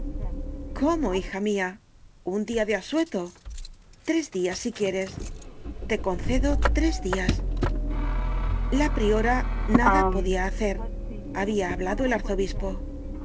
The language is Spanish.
cómo hija mia un dia de asueto tres días si quieres te concedo tres dias la priora nada podia hacer habia hablado el arzobispo